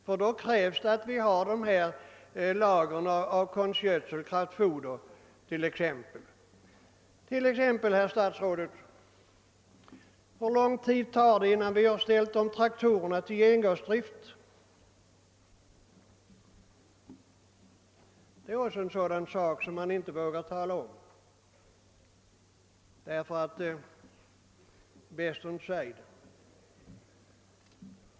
För detta krävs att vi har ordentliga lager av konstgödsel, kraftfoder etc. Hur lång tid tar det exempelvis, herr statsråd, innan vi har ställt om traktorerna till gengasdrift? Det är också en sådan sak som man inte vågar tala om.